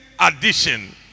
addition